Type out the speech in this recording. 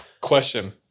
Question